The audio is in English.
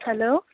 hello